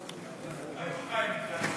כץ, למה,